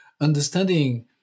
understanding